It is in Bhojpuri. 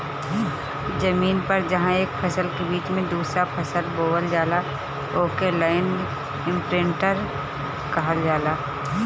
जमीन पर जहां एक फसल के बीच में दूसरा फसल बोवल जाला ओके लैंड इमप्रिन्टर कहल जाला